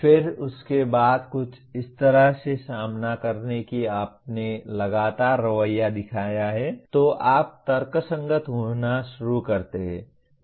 फिर उसके बाद कुछ इस तरह से सामना करना कि आपने लगातार रवैया दिखाया है तो आप तर्कसंगत होना शुरू करते हैं